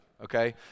okay